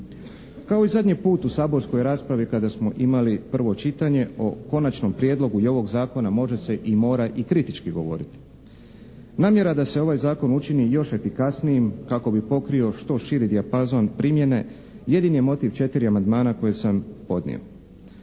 Kao i zadnji put u saborskoj raspravi kada smo imali prvo čitanje o Konačnom prijedlogu i ovog zakona može se i mora i kritički govoriti. Namjera da se ovaj zakon učini još efikasnijim kako bi pokrio što širi dijapazon primjene jedini je motiv 4 amandmana koje sam podnio.